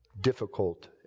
difficult